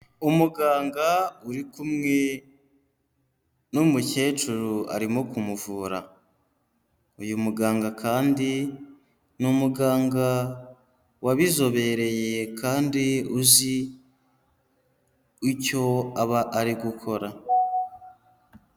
Umuganga uri kumwe n'umukecuru arimo kumuvura, uyu muganga kandi ni umuganga wabizobereye kandi uzi icyo aba ari gukora.